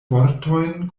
vortojn